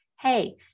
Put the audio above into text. hey